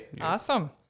Awesome